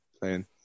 playing